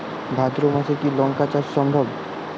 ভাদ্র মাসে কি লঙ্কা চাষ সম্ভব?